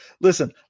listen